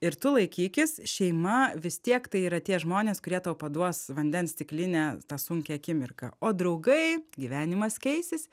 ir tu laikykis šeima vis tiek tai yra tie žmonės kurie tau paduos vandens stiklinę tą sunkią akimirką o draugai gyvenimas keisis